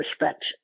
respect